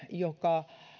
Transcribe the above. joka